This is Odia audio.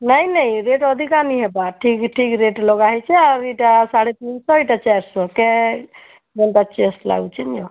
ନାଇଁ ନାଇଁ ରେଟ୍ ଅଧିକା ନାଇଁ ହେବାର୍ ଠିକ୍ ଠିକ୍ ରେଟ୍ ଲଗା ହେଇଛେ ଆରି ଇଟା ସାଢ଼େ ତିନଶହ ଏଇଟା ଚାରଶହକେ ଯେନ୍ଟା ଚଏସ୍ ଲାଗୁଛି ନିଅ